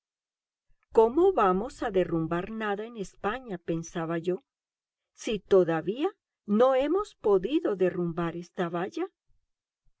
cómo vamos a derrumbar nada en españa pensaba yo si todavía no hemos podido derrumbar esta valla